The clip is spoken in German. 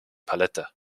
palette